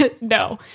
no